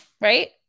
right